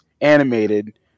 animated